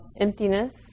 emptiness